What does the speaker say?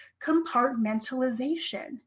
compartmentalization